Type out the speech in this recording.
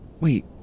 wait